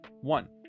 One